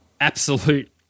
absolute